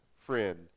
friend